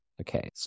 Okay